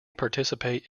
participate